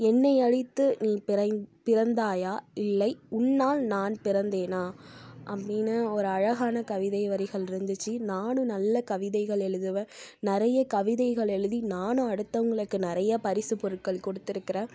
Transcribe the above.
என்னை அழித்து நீ பிறை பிறந்தாயா இல்லை உன்னால் நான் பிறந்தேனா அப்படின்னு ஒரு அழகான கவிதை வரிகள் இருந்துச்சு நானும் நல்ல கவிதைகள் எழுதுவேன் நிறைய கவிதைகள் எழுதி நானும் அடுத்தவங்களுக்கு நிறைய பரிசுப்பொருட்கள் கொடுத்துருக்குறேன்